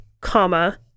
comma